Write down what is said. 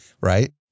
Right